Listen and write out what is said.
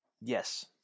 Yes